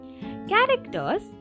Characters